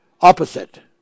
opposite